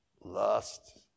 Lust